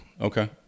okay